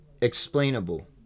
explainable